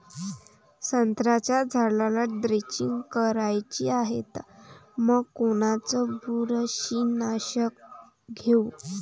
संत्र्याच्या झाडाला द्रेंचींग करायची हाये तर मग कोनच बुरशीनाशक घेऊ?